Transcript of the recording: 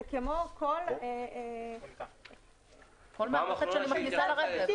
זה כמו כל --- כל מערכת שאני מכניסה לרכב,